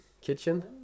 kitchen